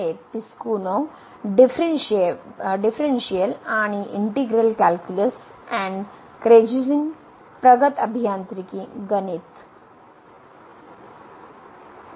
Piskunov differential आणि integral calculus and Kreyszig प्रगत अभियांत्रिकी गणित Advanced Engineering Mathematics